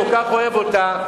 כל כך אוהב אותה,